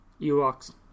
Ewoks